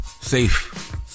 safe